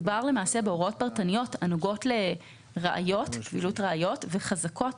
מדובר בהוראות פרטניות הנוגעות לראיות, ולחזקות